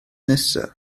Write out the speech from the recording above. nesaf